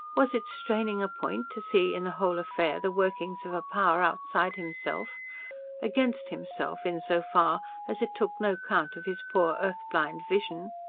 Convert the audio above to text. was it straining a point to see in the whole affair the workings of a power outside himself against himself, in so far as it took no count of his poor earth-blind vision?